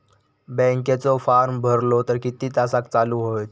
बँकेचो फार्म भरलो तर किती तासाक चालू होईत?